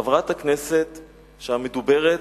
חברת הכנסת המדוברת,